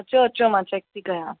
अचो अचो मां चैक थी कयां